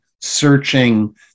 searching